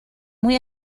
muy